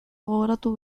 gogoratu